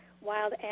wild